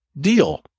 deal